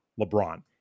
LeBron